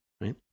right